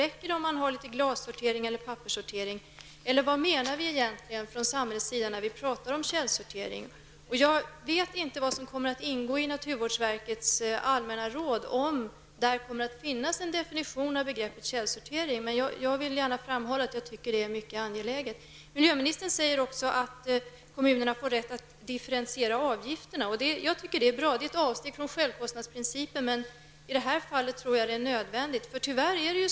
Räcker det om man har litet glassortering eller papperssortering? Vad menar man egentligen från samhällets sida när man pratar om källsortering? Jag vet inte vad som kommer att ingå i naturvårdsverkets allmänna råd och om det kommer att finnas en definition av begreppet källsortering där. Jag vill gärna framhålla att jag tycker detta är mycket angeläget. Miljöministern säger också att kommunerna får rätt att differentiera avgifterna. Det tycker jag är bra. Det är ett avsteg från självkostnadsprincipen, men i det här fallet tror jag att det är nödvändigt.